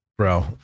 bro